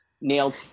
nailed